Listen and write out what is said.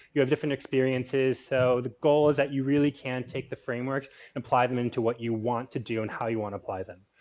you have different experiences. so, the goal is that you really can take the frameworks and apply them into what you want to do and how you want to apply them.